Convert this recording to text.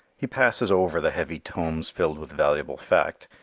he passes over the heavy tomes filled with valuable fact,